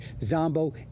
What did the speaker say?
Zombo